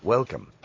Welcome